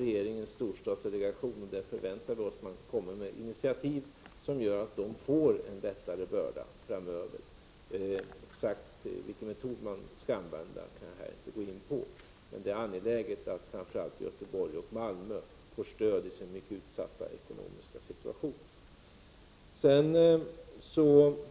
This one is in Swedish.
Regeringens storstadsdelegation arbetar med problemen, och regeringen förväntar sig att den kommer med initiativ som gör att dessa kommuner får en lättare börda framöver. Exakt vilken metod man skall använda kan jag här inte gå in på. Men det är angeläget att framför allt Göteborg och Malmöd får stöd i sin mycket utsatta ekonomiska situation. Det sades